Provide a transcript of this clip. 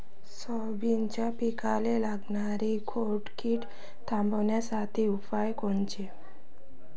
सोयाबीनच्या पिकाले लागनारी खोड किड थांबवासाठी उपाय कोनचे?